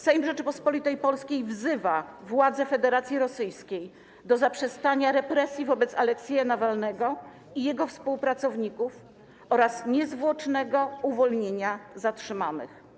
Sejm Rzeczypospolitej Polskiej wzywa władze Federacji Rosyjskiej do zaprzestania represji wobec Aleksieja Nawalnego i jego współpracowników oraz niezwłocznego uwolnienia zatrzymanych.